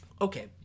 Okay